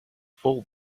full